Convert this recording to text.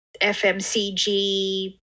FMCG